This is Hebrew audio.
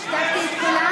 השתקתי את כולם.